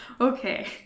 Okay